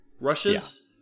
rushes